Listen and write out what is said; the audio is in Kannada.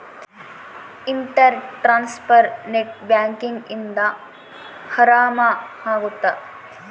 ಇಂಟರ್ ಟ್ರಾನ್ಸ್ಫರ್ ನೆಟ್ ಬ್ಯಾಂಕಿಂಗ್ ಇಂದ ಆರಾಮ ಅಗುತ್ತ